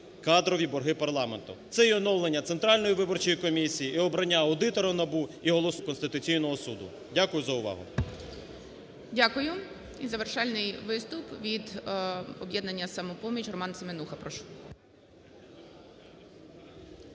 кадрові борги парламенту. Це і оновлення Центральної виборчої комісії, і обрання аудитора НАБУ, і голосування за суддів Конституційного Суду. Дякую за увагу. ГОЛОВУЮЧИЙ. Дякую. І завершальний виступ від "Об'єднання "Самопоміч", Роман Семенуха, прошу.